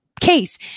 case